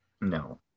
No